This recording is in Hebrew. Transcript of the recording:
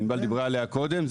שענבל דיברה עליה קודם,